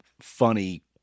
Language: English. funny